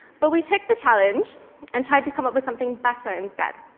but we took the challenge and tried to come up with something better instead.